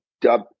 dub